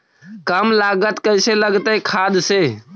कम लागत कैसे लगतय खाद से?